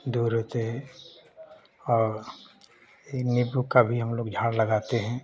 दूर होते हैं और नीम् का भी हमलोग झाड़ लगाते हैं